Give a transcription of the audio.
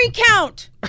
Recount